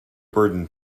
burden